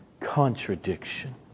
contradiction